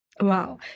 wow